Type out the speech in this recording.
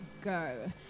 go